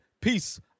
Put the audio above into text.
Peace